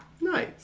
Nice